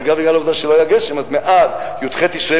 אבל גם בגלל העובדה שלא היה גשם מאז י"ח תשרי,